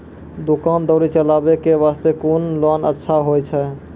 दुकान दौरी चलाबे के बास्ते कुन लोन अच्छा होय छै?